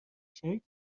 شریک